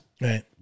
Right